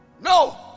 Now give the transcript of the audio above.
No